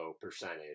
percentage